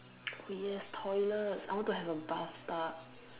oh yes toilets I want to have a bathtub